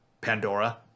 Pandora